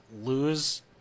lose